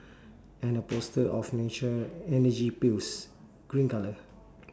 and a poster of natural energy pills green colour